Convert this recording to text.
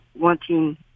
wanting